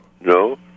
No